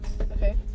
Okay